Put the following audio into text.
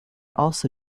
also